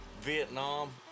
Vietnam